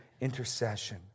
intercession